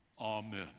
amen